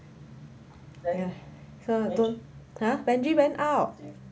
!huh! benji went out